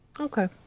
Okay